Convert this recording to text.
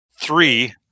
three